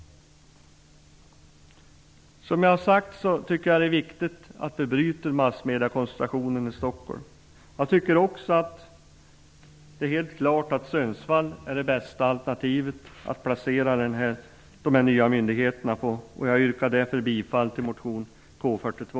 Som jag har sagt, är det viktigt att vi bryter massmediekoncentrationen i Stockholm. Det är också helt klart att Sundsvall är det bästa alternativet för en placering av de nya myndigheterna. Jag yrkar därför bifall till motion K42.